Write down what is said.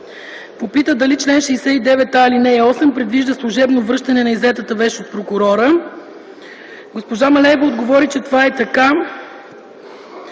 попита дали чл. 69а, ал. 8 предвижда служебно връщане на иззетата вещ от прокурора. Госпожа Малеева отговори, че това е така.